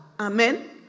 Amen